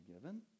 given